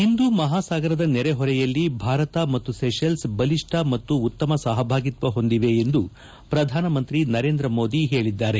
ಒಂದೂ ಮಹಾಸಾಗರದ ನೆರೆಹೊರೆಯಲ್ಲಿ ಭಾರತ ಮತ್ತು ಸೆಷಲ್ಸ್ ಬಲಿಷ್ಟ ಮತ್ತು ಉತ್ತಮ ಸಹಭಾಗಿತ್ತ ಹೊಂದಿವೆ ಎಂದು ಪ್ರಧಾನಮಂತ್ರಿ ನರೇಂದ್ರಮೋದಿ ಹೇಳದ್ದಾರೆ